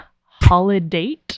Holiday